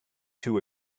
too